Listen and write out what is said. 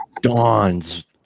dawn's